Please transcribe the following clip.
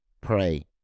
pray